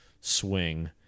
swing